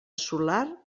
solar